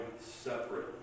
separate